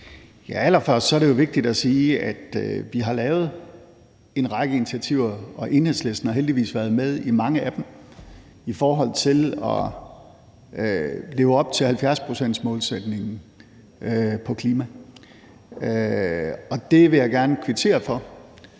Allerførst er det jo vigtigt at sige, at vi har lavet en række initiativer, og Enhedslisten har heldigvis været med i mange af dem, i forhold til at leve op til 70-procentsmålsætningen på klimaområdet, og det vil jeg gerne kvittere for.